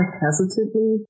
hesitantly